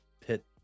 pit